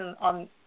on